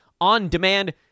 on-demand